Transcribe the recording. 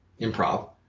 Improv